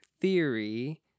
theory